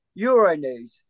Euronews